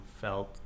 felt